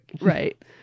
right